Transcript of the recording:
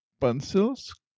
pencils